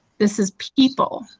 this is people.